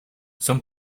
son